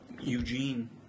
Eugene